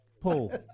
Paul